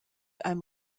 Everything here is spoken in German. einem